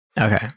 Okay